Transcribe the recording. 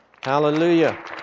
hallelujah